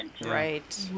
Right